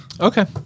Okay